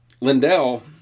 Lindell